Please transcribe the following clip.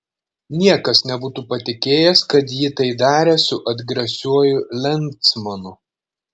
niekas nebūtų patikėjęs kad ji tai darė su atgrasiuoju lensmanu